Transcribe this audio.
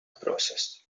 process